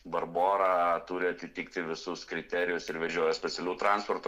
barbora turi atitikti visus kriterijus ir vežioja specialiu transportu